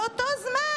באותו זמן,